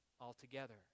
altogether